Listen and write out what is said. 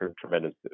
tremendous